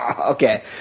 Okay